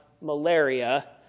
malaria